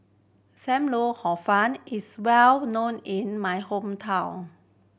Sam Lau Hor Fun is well known in my hometown